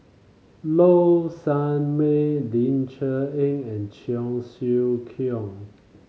Low Sanmay Ling Cher Eng and Cheong Siew Keong